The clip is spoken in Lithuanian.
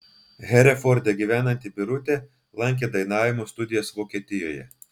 hereforde gyvenanti birutė lankė dainavimo studijas vokietijoje